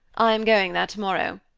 i am going there tomorrow.